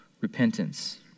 repentance